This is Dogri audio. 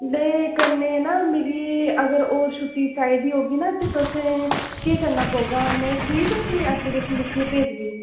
में कन्नै ना मिगी अगर होर छुट्टी चाहिदी होगी नां तुस केह् करना पौगा में फ्ही तुसेंगी ऐप्लीकेशन लिखियै भेजगी